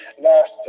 last